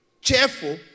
cheerful